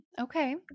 Okay